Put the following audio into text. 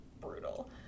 brutal